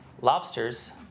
lobsters